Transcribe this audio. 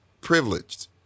privileged